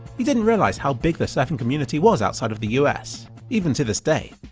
he didn't realise how big the surfing community was outside of the us even to this day!